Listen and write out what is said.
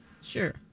Sure